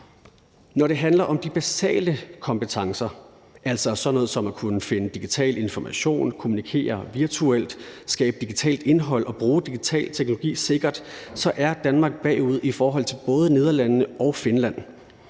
Når det handler om de basale kompetencer, altså sådan noget som at kunne finde digital information, kommunikere virtuelt, skabe digitalt indhold og bruge digital teknologi sikkert, så er Danmark bagud i forhold til både Nederlandene og Finland.